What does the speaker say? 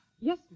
Yes